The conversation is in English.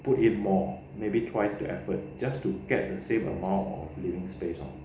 put in more maybe twice the effort just to get the same amount of living space lor